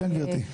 גן גברתי?